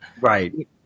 right